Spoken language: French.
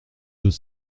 deux